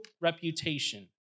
reputation